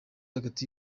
hagati